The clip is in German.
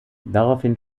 daraufhin